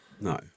No